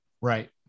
Right